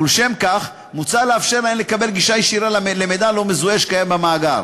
ולשם כך מוצע לאפשר להן לקבל גישה ישירה למידע לא מזוהה שקיים במאגר,